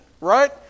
right